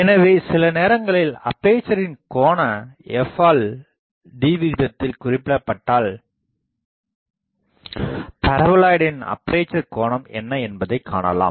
எனவே சிலநேரங்களில் அப்பேசர் கோண f ஆல் d விகிதத்தில் குறிப்பிடப்பட்டால் பரபோலாய்டின் அப்பேசர் கோணம் என்ன என்பதை நாம் காணலாம்